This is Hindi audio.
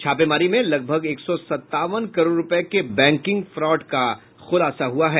छापेमारी में लगभग एक सौ सत्तावन करोड़ रूपये के बैंकिंग फ्रॉड का खुलासा हुआ है